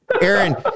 Aaron